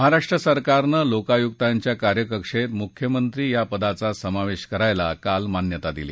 महाराष्ट्र सरकारनं लोकायुक्तांच्या कार्यकक्षेत मुख्यमंत्री या पदाचा समावेश करायला काल मान्यता दिली